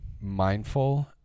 mindful